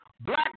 black